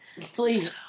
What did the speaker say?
Please